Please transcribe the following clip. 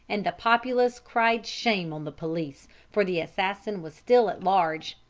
and the populace cried shame on the police for the assassin was still at large.